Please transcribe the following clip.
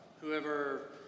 Whoever